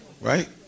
Right